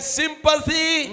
sympathy